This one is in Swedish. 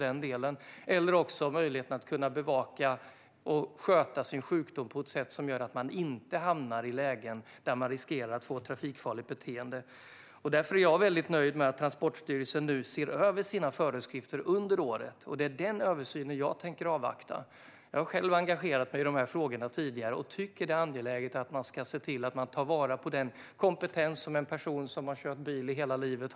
Det gäller möjligheten att bevaka och sköta sin sjukdom på ett sätt som gör att människor inte hamnar i lägen där de riskerar att få ett trafikfarligt beteende. Jag är därför väldigt nöjd med att Transportstyrelsen nu ser över sina föreskrifter under året. Det är den översynen jag tänker avvakta. Jag har själv engagerat mig i de här frågorna tidigare. Det är angeläget att se till att man tar vara på den kompetens som en person har som har kört bil i hela livet.